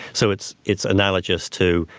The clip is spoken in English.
so it's it's analogist to,